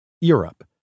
Europe